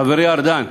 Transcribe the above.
במיוחד, חברי ארדן,